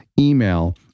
email